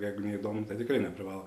jeigu neįdomu tai tikrai neprivalo